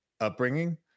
upbringing